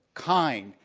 kind,